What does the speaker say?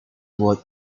what